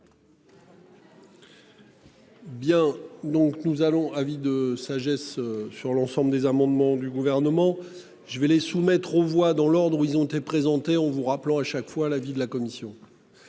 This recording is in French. Bien, donc nous allons avis de sagesse sur l'ensemble des amendements du gouvernement. Je vais les soumettre aux voix dans l'ordre où ils ont été présentés en vous rappelant à chaque fois l'avis de la commission.